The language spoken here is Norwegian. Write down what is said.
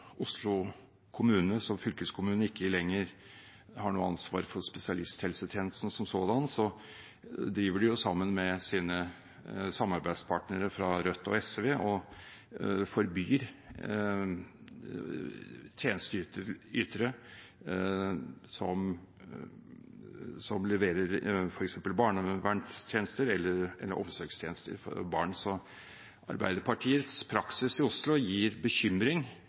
ikke lenger har noe ansvar for spesialisthelsetjenesten som sådan – sammen med sine samarbeidspartnere fra Rødt og SV driver og forbyr tjenesteytere som leverer f.eks. barnevernstjenester eller omsorgstjenester for barn. Så Arbeiderpartiets praksis i Oslo gir bekymring